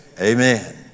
amen